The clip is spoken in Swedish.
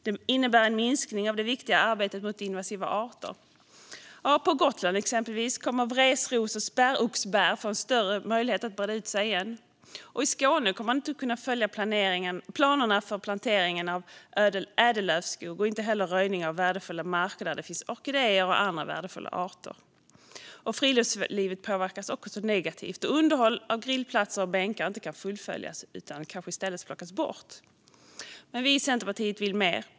Det innebär också en minskning av det viktiga arbetet mot invasiva arter. På Gotland, exempelvis, kommer vresros och spärroxbär att få större möjlighet att breda ut sig igen. I Skåne kommer man inte att kunna följa planerna för plantering av ädellövskog och för röjning av värdefulla marker där det finns orkidéer och andra värdefulla arter. Friluftslivet påverkas också negativt då underhåll av grillplatser och bänkar inte kan fullföljas utan de kanske i stället plockas bort. Men vi i Centerpartiet vill mer.